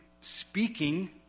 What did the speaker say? speaking